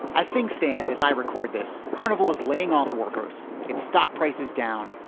as things stand, as i record, this carnival is laying off workers. its stock prices down.